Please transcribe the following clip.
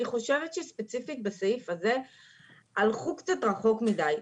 אני חושבת שספציפית בסעיף הזה הלכו קצת רחוק מדי.